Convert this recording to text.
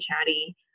chatty